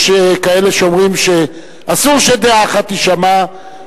יש כאלה שאומרים שאסור שדעה אחת תישמע,